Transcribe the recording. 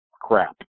crap